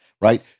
right